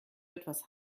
etwas